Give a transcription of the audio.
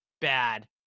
bad